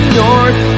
north